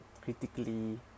critically